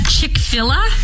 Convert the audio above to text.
Chick-fil-a